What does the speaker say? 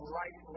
right